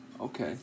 okay